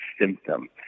symptom